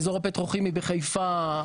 האזור הפטרוכימי בחיפה,